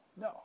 No